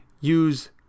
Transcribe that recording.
use